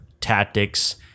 tactics